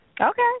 Okay